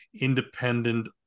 independent